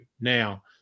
Now